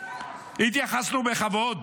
התייחסנו בכבוד.